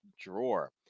drawer